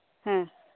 ᱦᱮᱸ